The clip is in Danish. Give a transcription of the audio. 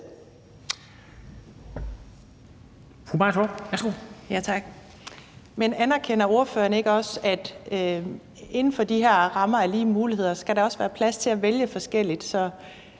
Fru Maja Torp,